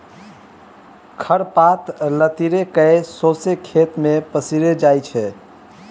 खर पात लतरि केँ सौंसे खेत मे पसरि जाइ छै